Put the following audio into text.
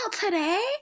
today